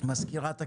מזכירת הכנסת,